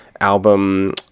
album